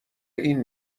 این